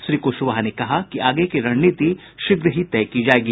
श्री कुशवाहा ने कहा कि आगे की रणनीति शीघ्र ही तय की जायेगी